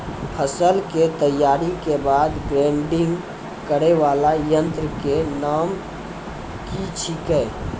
फसल के तैयारी के बाद ग्रेडिंग करै वाला यंत्र के नाम की छेकै?